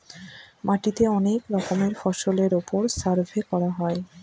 মাটিতে অনেক রকমের ফসলের ওপর সার্ভে করা হয়